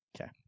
Okay